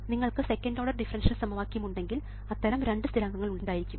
നിങ്ങൾക്ക് second order differential സമവാക്യമുണ്ടെങ്കിൽ അത്തരം രണ്ട് സ്ഥിരാങ്കങ്ങൾ ഉണ്ടാകും